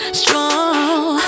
strong